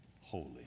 holy